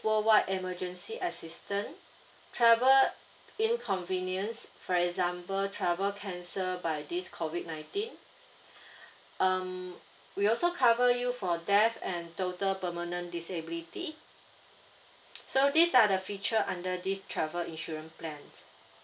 worldwide emergency assistant travel inconvenience for example travel cancelled by this COVID nineteen um we'll also cover you for death and total permanent disability so these are the feature under this travel insurance plan